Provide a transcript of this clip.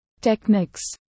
Techniques